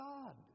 God